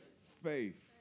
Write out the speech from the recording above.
Faith